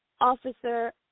Officer